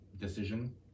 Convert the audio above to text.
decision